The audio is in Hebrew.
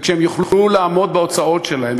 וכשהם יוכלו לעמוד בהוצאות שלהם,